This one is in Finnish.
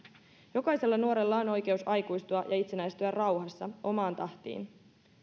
jokaisella nuorella on oikeus aikuistua ja itsenäistyä rauhassa omaan tahtiin